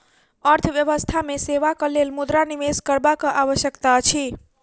अर्थव्यवस्था मे सेवाक लेल मुद्रा निवेश करबाक आवश्यकता अछि